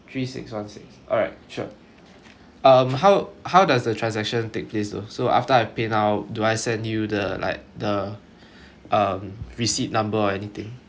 three six one six alright sure um how how does the transaction take place so so after I paynow do I send you the like the um receipt number or anything